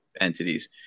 entities